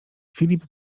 filip